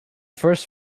first